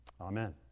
amen